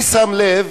אני שם לב,